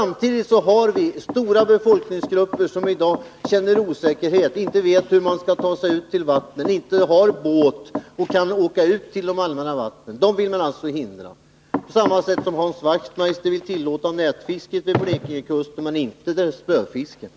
Samtidigt har vi stora befolkningsgrupper som känner osäkerhet, inte vet hur man skall ta sig ut till vatten, inte har båt och inte kan åka till de allmänna vattnen. Man vill alltså hindra dessa människor att göra detta, på samma sätt som Hans Wachtmeister vill tillåta nätfisket vid Blekingekusten men inte spöfisket.